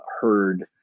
heard